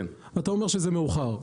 אתה אומר שזה מאוחר.